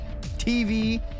TV